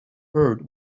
heard